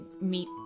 meet